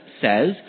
says